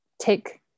take